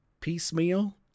piecemeal